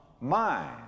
mind